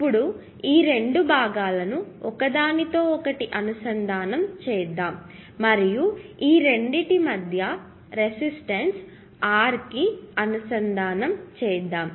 ఇప్పుడు ఈ రెండు భాగాలను ఒకదానితో ఒకటి అనుసంధానం చేద్దాం మరియు ఈ రెండింటి మధ్య రెసిస్టన్స్ R కి అనుసందానం చేద్దాం